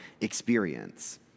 experience